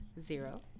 Zero